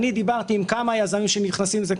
אני דיברתי עם כמה יזמים שנכנסים לזה,